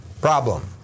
problem